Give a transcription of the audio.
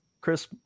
Chris